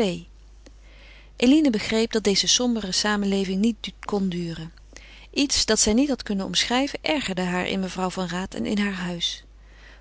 ii eline begreep dat deze sombere samenleving niet kon duren iets dat zij niet had kunnen omschrijven ergerde haar in mevrouw van raat en in heur huis